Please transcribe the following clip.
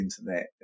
internet